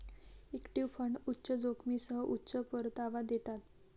equity fund उच्च जोखमीसह उच्च परतावा देतात